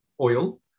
oil